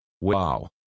Wow